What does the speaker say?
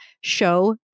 Show